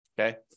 okay